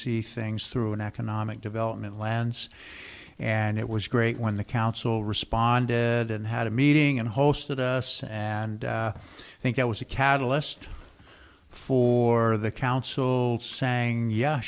see things through an economic development lands and it was great when the council responded and had a meeting and a host of us and i think that was a catalyst for the council saying yeah